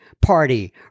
party